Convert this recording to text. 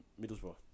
Middlesbrough